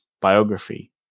biography